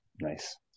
Nice